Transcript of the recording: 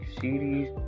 series